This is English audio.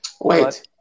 Wait